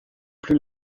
plus